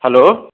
hello